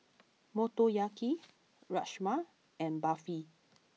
Motoyaki Rajma and Barfi